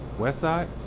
west side?